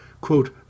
quote